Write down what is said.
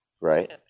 Right